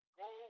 go